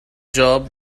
job